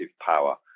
power